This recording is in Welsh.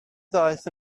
ddaeth